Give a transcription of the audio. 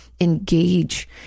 engage